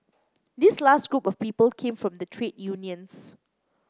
this last group of people came from the trade unions